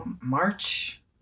March